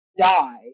die